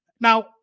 Now